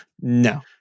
No